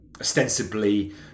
ostensibly